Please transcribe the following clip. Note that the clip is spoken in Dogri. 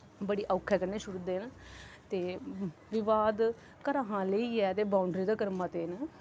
बड़ी औख कन्नै छुड़दे न ते विवाद घरै शा लेइयै बाउंडरी तक्कर मते न